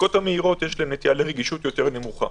הבדיקות המהירות יש להם נטייה לרגישות יותר נמוכה.